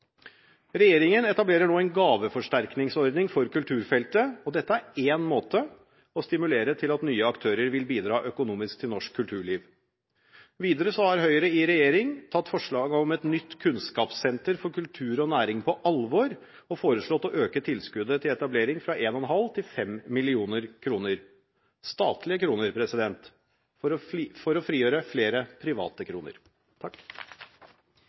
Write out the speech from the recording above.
Regjeringen etablerer nå en gaveforsterkningsordning for kulturfeltet, og dette er én måte å stimulere til at nye aktører vil bidra økonomisk til norsk kulturliv. Videre har Høyre i regjering tatt forslaget om et nytt kunnskapssenter for kultur og næring på alvor og foreslått å øke tilskuddet til etablering fra 1,5 mill. kr til 5 mill. kr – statlige kroner, for å frigjøre flere private kroner.